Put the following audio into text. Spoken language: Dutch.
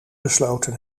besloten